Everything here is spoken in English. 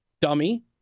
dummy